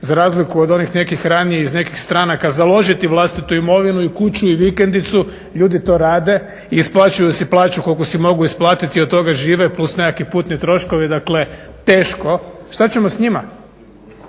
za razliku od onih nekih ranijih iz nekih stranaka založiti vlastitu imovinu i kuću i vikendicu. Ljudi to rade, isplaćuju si plaću koliko si mogu isplatiti i od toga žive plus nekakvi putni troškovi. Dakle, teško. Šta ćemo s njima?